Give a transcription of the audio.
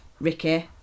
Ricky